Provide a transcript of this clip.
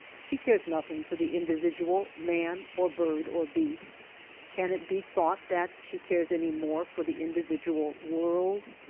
she cares nothing for the individual man or bird or beast can it be thought that she cares any more for the individual world?